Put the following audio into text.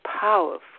powerful